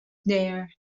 there